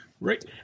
Right